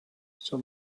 sur